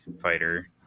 fighter